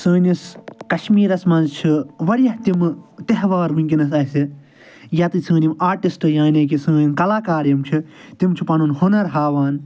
سٲنِس کشمیٖرس منٛز چھِ واریاہ تمہٕ تہوار ونکٮ۪نس اسہِ یتہِ سٲنۍ یِم آرٹِسٹ یعنے کہِ سٲنۍ کلاکار یِم چھِ تِم چھِ پنُن ہنر ہاوان